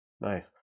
Nice